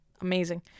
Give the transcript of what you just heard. amazing